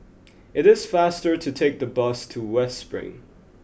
it is faster to take the bus to West Spring